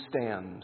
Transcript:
stand